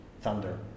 thunder